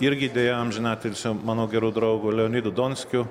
irgi deja amžinatilsio mano geru draugu leonidu donskiu